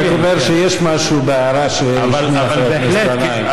אני רק אומר שיש משהו בהערה שהשמיע חבר הכנסת גנאים.